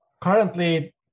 currently